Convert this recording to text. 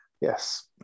Yes